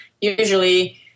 usually